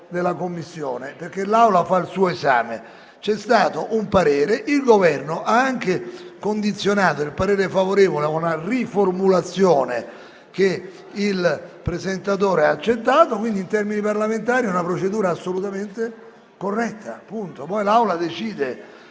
della Commissione, perché l'Assemblea fa il suo esame. C'è stato un parere, il Governo ha anche condizionato il parere favorevole a una riformulazione che il presentatore ha accettato. Quindi, in termini parlamentari è una procedura assolutamente corretta; poi l'Assemblea decide.